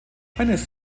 heinrichs